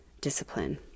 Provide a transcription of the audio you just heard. discipline